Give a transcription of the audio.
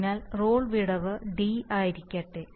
അതിനാൽ റോൾ വിടവ് d ആയിരിക്കട്ടെ